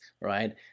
right